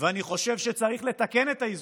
ואני חושב שצריך לתקן את האיזונים.